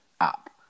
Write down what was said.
app